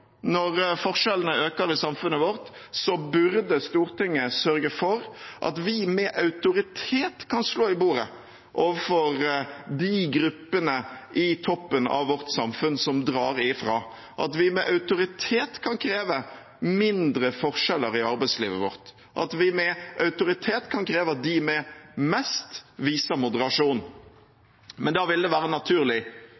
samfunnet vårt, burde Stortinget sørge for at vi med autoritet kan slå i bordet overfor de gruppene i toppen av vårt samfunn som drar ifra, at vi med autoritet kan kreve mindre forskjeller i arbeidslivet vårt, at vi med autoritet kan kreve at de med mest viser moderasjon.